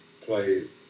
play